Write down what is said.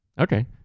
okay